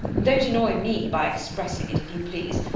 don't annoy me by expressing it, if you please.